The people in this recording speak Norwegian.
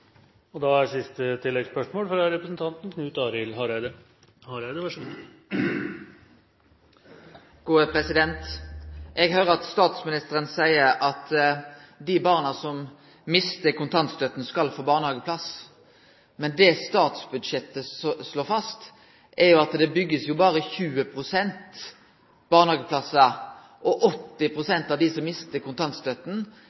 Knut Arild Hareide – til oppfølgingsspørsmål. Eg hører at statsministeren seier at dei barna som mister kontantstøtta, skal få barnehageplass. Men det statsbudsjettet slår fast, er at det blir bygd nye barnehageplassar for berre 20 pst., og at 80